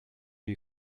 you